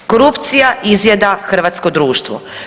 Korupcija izjeda hrvatsko društvo.